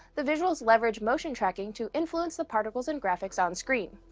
the visuals leverage motion tracking to influence the particles and graphics onscreen,